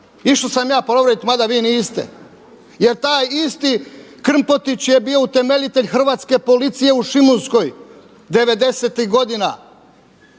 Išao sam ja provjeriti mada vi niste, jer taj isti Krmpotić je bio utemeljitelj hrvatske policije u Šimunskoj devedesetih